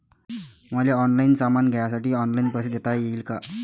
मले ऑनलाईन सामान घ्यासाठी ऑनलाईन पैसे देता येईन का?